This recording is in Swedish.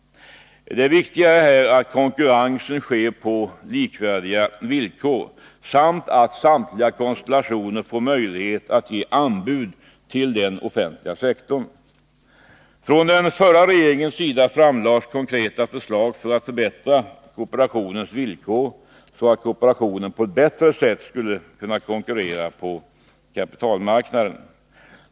Det viktiga är här att konkurrens får ske på likvärdiga villkor samt att samtliga konstellationer får möjlighet att ge anbud till den offentliga sektorn. Från den förra regeringens sida framlades konkreta förslag för att förbättra kooperationens villkor, så att kooperationen på ett bättre sätt skulle kunna konkurrera på kapitalmarknaden.